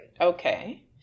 Okay